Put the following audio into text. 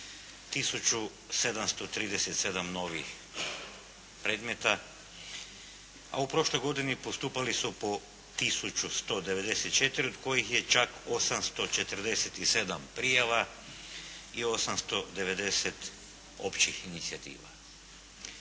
737 novih predmeta, a u prošloj godini postupali su po tisuću 194 od kojih je čak 847 prijava i 890' općih inicijativa.